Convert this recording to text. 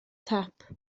tap